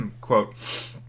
Quote